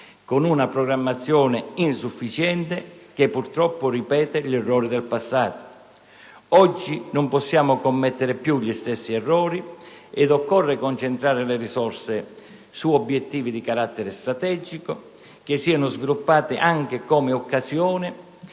con una programmazione insufficiente, che, purtroppo, ripete gli errori del passato. Oggi non possiamo più commettere gli stessi errori: occorre concentrare le risorse su obiettivi di carattere strategico che siano sviluppati anche come occasione